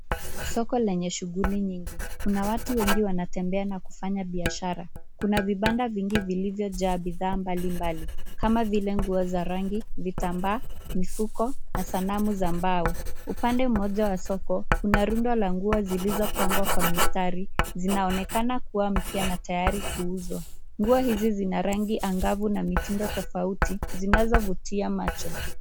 Soko lenye shughuli nyingi. Kuna watu wengi wanatembea na kufanya biashara. Kuna vibanda vingi vilivyojaa bidhaa mbalimbali kama vile nguo za rangi, vitambaa, mifuko na sanamu za mbao. Upande mmoja wa soko kuna rundo la nguo zilizopangwa kwa mistari zinaonekana kuwa mpya na tayari kuuzwa. Nguo hizi zina rangi angavu na mitindo tofauti zinazovutia macho.